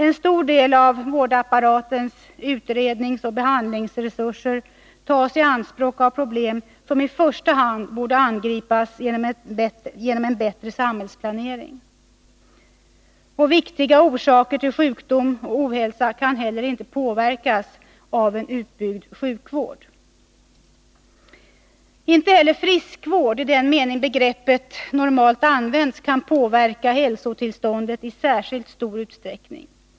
En stor del av vårdapparatens utredningsoch behandlingsresurser tas i anspråk av problem, som i första hand borde angripas genom en bättre samhällsplanering. Viktiga orsaker till sjukdom och ohälsa kan inte heller påverkas av en utbyggd sjukvård. Inte heller friskvård i den mening begreppet normalt används kan påverka hälsotillståndet i särskilt stor utsträckning.